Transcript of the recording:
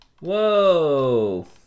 whoa